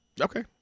Okay